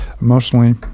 emotionally